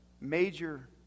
major